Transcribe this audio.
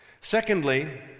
Secondly